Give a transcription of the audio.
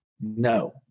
No